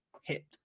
hit